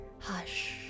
hush